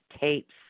tapes